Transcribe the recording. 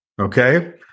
Okay